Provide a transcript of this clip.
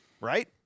right